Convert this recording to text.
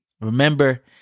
Remember